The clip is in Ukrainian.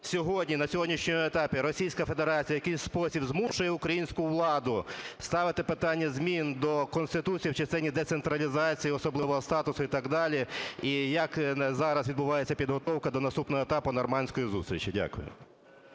сьогодні, на сьогоднішньому етапі Російська Федерація в якійсь спосіб змушує українську владу ставити питання змін до Конституції в частині децентралізації, особливого статусу і так далі? І як зараз відбувається підготовка до наступного етапу "нормандської зустрічі"? Дякую.